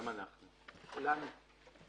כולנו.